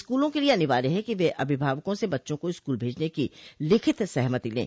स्कूलों के लिए अनिवार्य है कि वे अभिभावकों से बच्चों को स्कूल भेजने की लिखित सहमति लें